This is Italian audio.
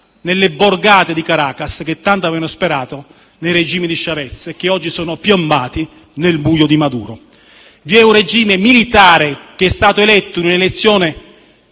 le borgate di Caracas, che tanto avevano sperato nel regime di Chavez e che oggi sono piombate nel buio di Maduro. C'è un regime militare che è stato eletto in un'elezione